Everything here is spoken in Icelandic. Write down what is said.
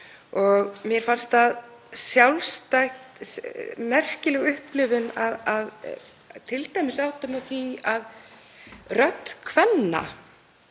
Mér fannst það sjálfstætt merkileg upplifun að t.d. átta mig á því að rödd kvenna